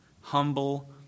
Humble